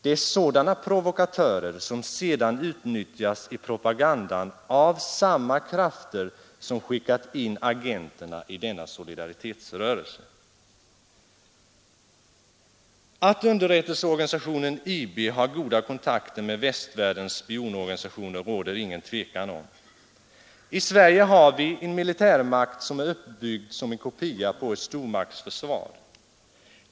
Det är sådana provokatörer som sedan utnyttjas i propagandan av samma krafter som skickat in agenterna i denna solidaritetsrörelse. Att underrättelseorganisationen IB har goda kontakter med västvärldens spionorganisationer råder det inga tvivel om. I Sverige har vi en militärmakt som är uppbyggd som en kopia på ett stormaktsförsvar.